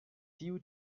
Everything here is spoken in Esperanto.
tiu